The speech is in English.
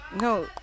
No